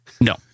No